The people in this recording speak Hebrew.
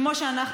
כמו שאנחנו,